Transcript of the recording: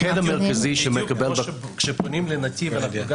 בדיוק כמו כשפונים לנתיב אנחנו גם